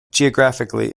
geographically